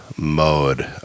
mode